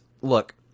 look